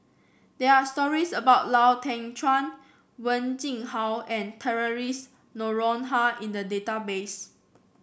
there are stories about Lau Teng Chuan Wen Jinhua and Theresa Noronha in the database